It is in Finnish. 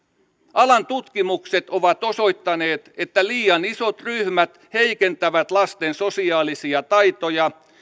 alan tutkimukset ovat osoittaneet että liian isot ryhmät heikentävät lasten sosiaalisia taitoja sekä